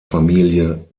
familie